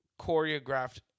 choreographed